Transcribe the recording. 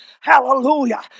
Hallelujah